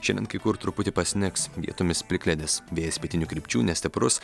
šiandien kai kur truputį pasnigs vietomis plikledis vėjas pietinių krypčių nestiprus